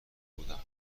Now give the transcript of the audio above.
بودم